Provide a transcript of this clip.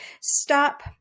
stop